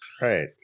Right